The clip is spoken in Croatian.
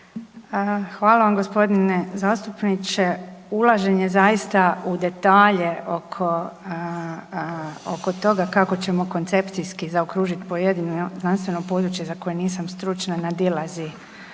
Hvala vam g. zastupniče. Ulaženje zaista u detalje oko toga kako ćemo koncepcijski zaokružit pojedino znanstveno područje za koje nisam stručna nadilazi